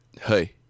hey